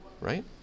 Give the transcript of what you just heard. right